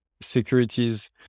securities